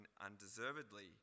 undeservedly